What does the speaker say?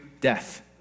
death